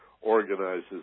organizes